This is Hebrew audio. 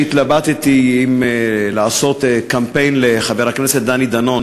התלבטתי אם לעשות קמפיין לחבר הכנסת דני דנון,